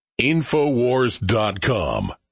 Infowars.com